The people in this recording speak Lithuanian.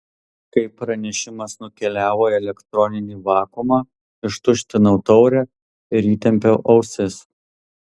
kai pranešimas nukeliavo į elektroninį vakuumą ištuštinau taurę ir įtempiau ausis